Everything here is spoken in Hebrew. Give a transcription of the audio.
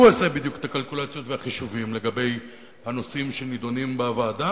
הוא עושה בדיוק את החישובים לגבי הנושאים שנדונים בוועדה,